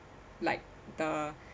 like the